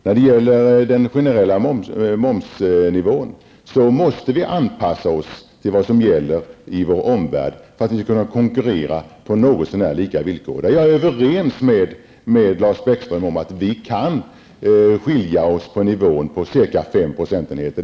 När det gäller den generella momsnivån måste vi anpassa oss till vad som gäller i omvärlden för att kunna konkurrera på någorlunda lika villkor. Jag är överens med Lars Bäckström om att vi kan ha en skillnad på nivån på ca 5 procentenheter.